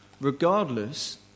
regardless